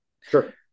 Sure